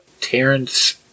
Terrence